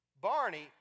Barney